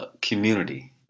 community